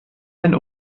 ein